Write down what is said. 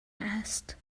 است